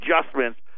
adjustments